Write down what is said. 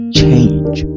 change